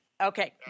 Okay